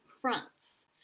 fronts